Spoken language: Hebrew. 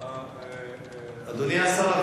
אדוני השר,